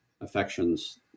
affections